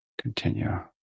continue